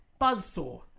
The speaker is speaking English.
Buzzsaw